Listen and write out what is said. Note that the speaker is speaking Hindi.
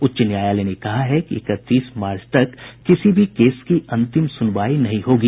उच्च न्यायालय ने कहा है कि इकतीस मार्च तक किसी भी केस की अंतिम सुनवाई नहीं होगी